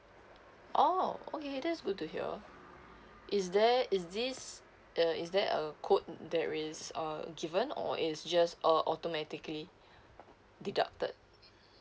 oh okay that's good to hear is there is this the is there a code that is uh given or it's just a automatically deducted